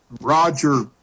Roger